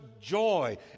joy